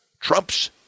Trump's